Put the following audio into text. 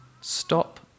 stop